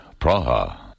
Praha